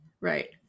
Right